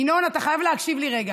ינון, אתה חייב להקשיב לי רגע.